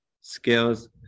skills